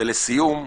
ולסיום,